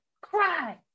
cry